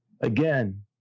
Again